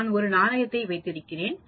நான் ஒரு நாணயம் வைத்திருக்கிறேன்